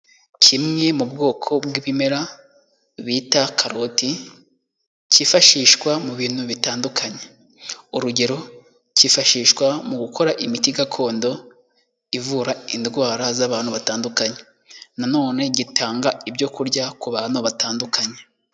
Kimwe mu bwoko bw'ibimera bita karoti kifashishwa mu bintu bitandukanye, urugero kifashishwa mu gukora imiti gakondo ivura indwara z'abantu batandukanye. Na none gitanga ibyo kurya ku bantu batandukanye.